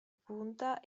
punta